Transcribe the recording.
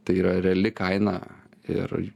tai yra reali kaina ir